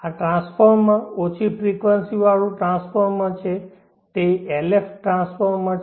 આ ટ્રાન્સફોર્મર ઓછી ફ્રિકવંસી વાળું ટ્રાન્સફોર્મર છે તે LF ટ્રાન્સફોર્મર છે